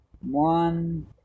One